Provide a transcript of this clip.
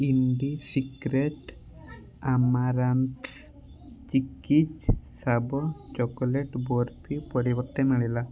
Indisecret amaranth chikkis ଶାବ chocolate barfi ପରିବର୍ତ୍ତେ ମିଳିଲା